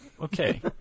Okay